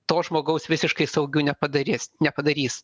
to žmogaus visiškai saugiu nepadaris nepadarys